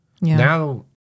Now